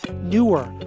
newer